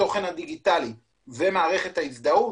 התוכן הדיגיטלי ומערכת ההזדהות,